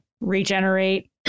regenerate